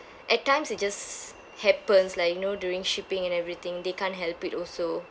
at times it just happens lah you know during shipping and everything they can't help it also